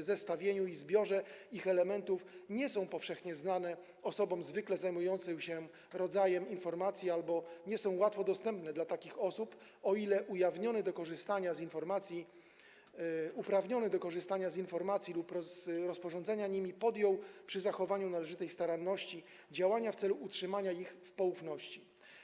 zestawieniu i zbiorze ich elementów nie są powszechnie znane osobom zwykle zajmującym się tym rodzajem informacji albo nie są łatwo dostępne dla takich osób, o ile uprawniony do korzystania z informacji lub rozporządzania nimi podjął, przy zachowaniu należytej staranności, działania w celu utrzymania ich w poufności”